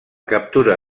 captura